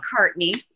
McCartney